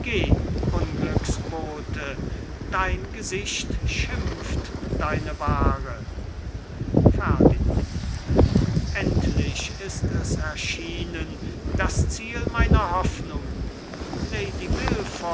geh unglücksbote dein gesicht schimpft deine waare ferdinand endlich ist es erschienen das ziel meiner hoffnungen lady